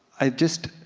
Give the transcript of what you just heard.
i just